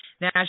Now